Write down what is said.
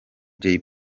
jay